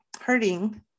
hurting